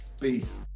Peace